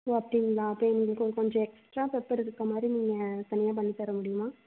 ஓ அப்படிங்களா அப்போ எங்களுக்கு கொஞ்சம் எக்ஸ்ட்ரா பெப்பர் இருக்கமாதிரி நீங்கள் தனியாக பண்ணி தர முடியுமா